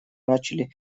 начали